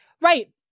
Right